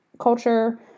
culture